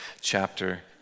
chapter